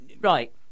Right